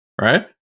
right